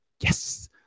Yes